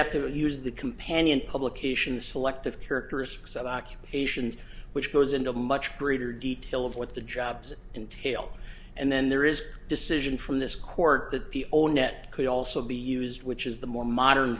have to use the companion publication selective characteristics of occupations which goes into much greater detail of what the jobs entailed and then there is a decision from this court that the old net could also be used which is the more modern